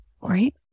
Right